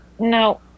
No